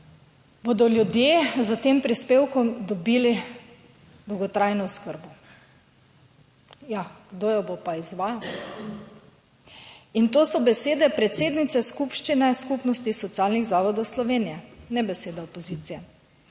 bodo ljudje s tem prispevkom dobili dolgotrajno oskrbo. Ja, kdo jo bo pa izvajal? In to so besede predsednice skupščine Skupnosti socialnih zavodov Slovenije, ne besede opozicije.